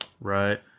right